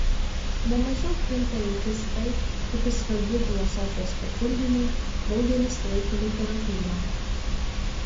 ne mažiau krinta į akis tai kokiu svarbiu filosofijos papildymu daugelis laiko literatūrą